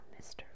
Mr